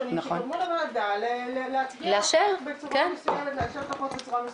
שונים שגרמו לוועדה לאשר את החוק בצורה מסוימת.